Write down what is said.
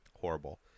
Horrible